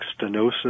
stenosis